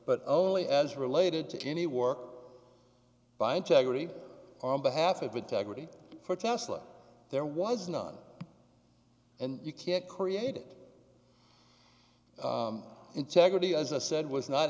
but only as related to any work by integrity on behalf of integrity for tesla there was none and you can't create it integrity as i said was not